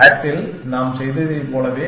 SAT இல் நாம் செய்ததைப் போலவே